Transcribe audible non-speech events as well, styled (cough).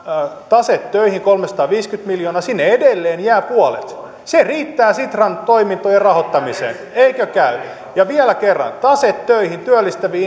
tase töihin on kolmesataaviisikymmentä miljoonaa sinne edelleen jää puolet se riittää sitran toimintojen rahoittamiseen eikö käy ja vielä kerran tase töihin työllistäviin (unintelligible)